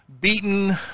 beaten